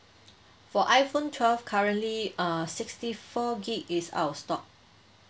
for iphone twelve currently uh sixty four gig is out of stock